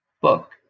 book